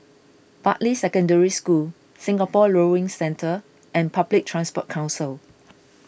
Bartley Secondary School Singapore Rowing Centre and Public Transport Council